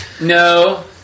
no